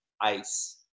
ice